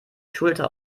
schulter